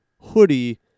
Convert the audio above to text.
hoodie